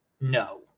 no